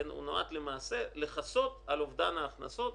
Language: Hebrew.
הוא נועד למעשה לכסות על אובדן ההכנסות,